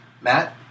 Matt